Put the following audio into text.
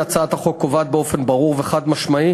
הצעת החוק קובעת באופן ברור וחד-משמעי,